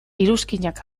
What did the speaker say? iruzkinak